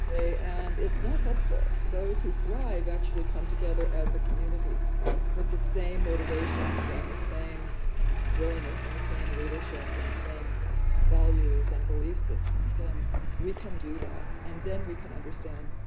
and it's not helpful, those who thrive actually come together as a community with the same motivations and the same willingness and the same leadership and the same values and belief systems. and we can do that. and then we can understand,